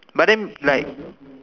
but then like